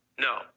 No